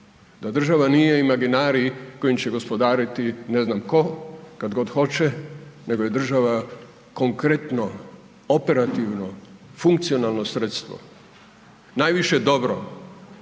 da država nije imaginarij kojim će gospodariti ne znam tko, kad god hoće nego je država konkretno, operativno, funkcionalno sredstvo. Najviše dobro